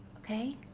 okay?